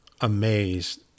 amazed